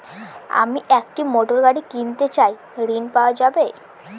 আমি একটি মোটরগাড়ি কিনতে চাই ঝণ পাওয়া যাবে?